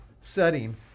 setting